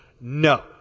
No